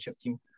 team